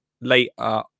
later